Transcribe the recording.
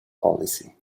policy